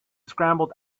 scrambled